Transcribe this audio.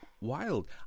wild